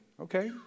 okay